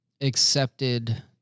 accepted